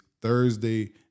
Thursday